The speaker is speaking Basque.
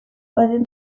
baten